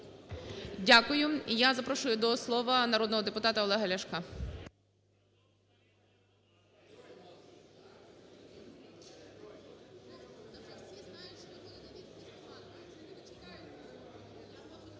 Дякую. І я запрошую до слова народного депутата Олега Ляшка.